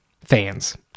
fans